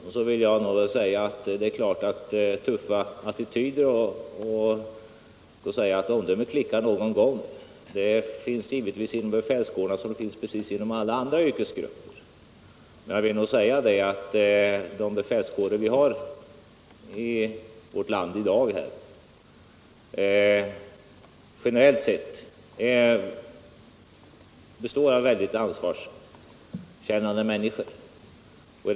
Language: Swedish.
Utan att direkt anmäla någon avvikande mening vill jag till herr Söderqvist säga att det givetvis händer inom befälskårerna precis som inom alla andra yrkesgrupper att omdömet klickar någon gång. De befälskårer vi har i vårt land i dag består generellt sett av mycket ansvarskännande människor.